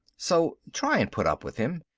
so try and put up with him.